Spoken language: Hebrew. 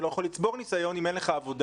לא יכול לצבור ניסיון אם אין לך עבודה.